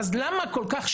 אז למה התקציב כל כך גבוה?